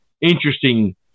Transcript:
interesting